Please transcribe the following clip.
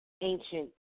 ancient